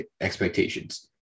expectations